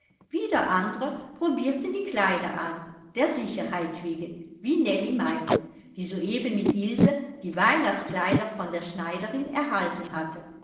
wieder andre probierten die kleider an der sicherheit wegen wie nellie meinte die soeben mit ilse die weihnachtskleider von der schneiderin erhalten hatte